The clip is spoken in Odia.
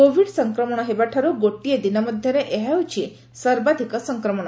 କୋଭିଡ୍ ସଂକ୍ମଣ ହେବାଠାରୁ ଗୋଟିଏ ଦିନ ମଧ୍ୟରେ ଏହା ହେଉଛି ସର୍ବାଧିକ ସଂକ୍ରମଣ